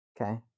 Okay